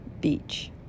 beach